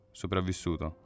sopravvissuto